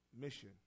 mission